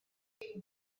dydy